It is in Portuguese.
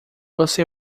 você